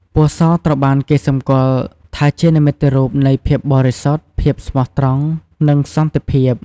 ពណ៌ស ត្រូវបានគេស្គាល់ថាជានិមិត្តរូបនៃ ភាពបរិសុទ្ធ ភាពស្មោះត្រង់ និង សន្តិភាព។